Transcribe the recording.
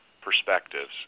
perspectives